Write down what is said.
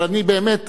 אבל אני באמת,